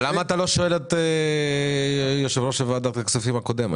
למה אתה לא שואל את יושב-ראש ועדת הכספים הקודם?